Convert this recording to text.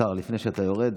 השר, לפני שאתה יורד,